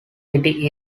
city